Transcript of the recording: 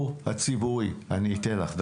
חלקם ברווחה, חלקם במצב נפשי, אמרו "ההורים מתו?